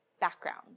background